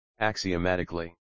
axiomatically